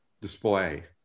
display